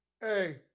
Hey